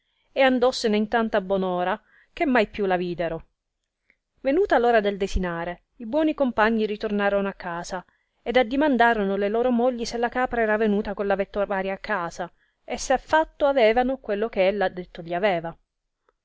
e andossene in tanta bon ora che mai più la videro venuta l'ora del desinare i buoni compagni ritornorono a casa ed addimandorono le loro mogli se la capra era venuta con la vettovaria a casa e se fatto avevano quello che ella detto gli aveva